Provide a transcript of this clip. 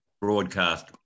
Broadcast